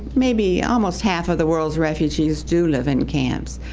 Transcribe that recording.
maybe almost half of the world's refugees do live in camps,